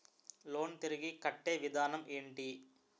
Loan తిరిగి కట్టే విధానం ఎంటి?